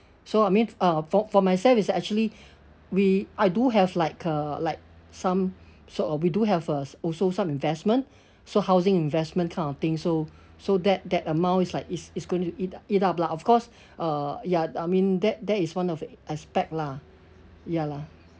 so I mean uh for for myself it's actually we I do have like uh like some sort of we do have uh also some investment so housing investment kind of thing so so that that amount is like it's it's going to eat up eat up lah of course uh ya I mean that that is one of aspect lah ya lah